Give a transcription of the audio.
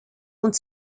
und